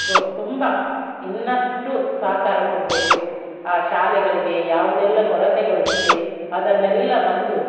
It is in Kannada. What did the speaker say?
ತುಂಬ ಇನ್ನಷ್ಟು ಸಹಕಾರ ಕೊಡಬೇಕು ಆ ಶಾಲೆಗಳಿಗೆ ಯಾವುದೆಲ್ಲ ಕೊರತೆಗಳು ಇದೆ ಅದನ್ನೆಲ್ಲ ಬಂದು